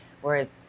Whereas